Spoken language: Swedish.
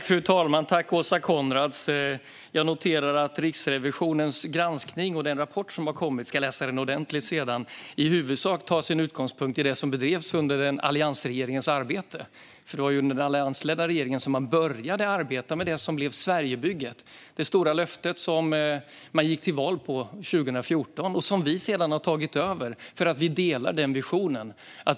Fru talman! Jag noterar att Riksrevisionens granskning och den rapport som har kommit - jag ska läsa den ordentligt sedan - i huvudsak tar sin utgångspunkt i det arbete som bedrevs under alliansregeringen. Det var ju under den alliansledda regeringen man började arbeta med det som blev Sverigebygget, det stora löfte som man gick till val på 2014 och som vi sedan har tagit över eftersom vi delar den visionen.